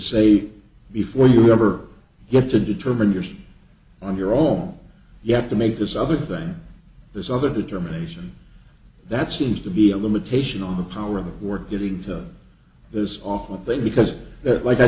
say before you ever get to determine your sins on your own you have to make this other thing this other determination that seems to be a limitation on the power of the work getting to this awful thing because that like i